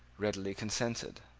readily consented.